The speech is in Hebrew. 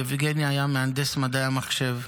ויבגני היה מהנדס מדעי המחשב.